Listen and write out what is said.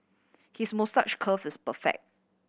his moustache curl is perfect